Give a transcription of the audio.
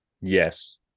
Yes